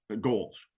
goals